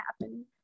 happen